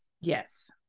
Yes